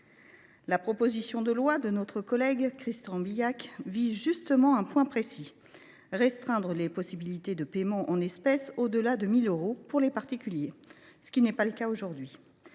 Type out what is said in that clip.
La proposition de loi de notre collègue Christian Bilhac vise justement un point précis : restreindre les possibilités de paiement en espèces au delà de 1 000 euros pour les particuliers, ce qui n’est pas le cas aujourd’hui.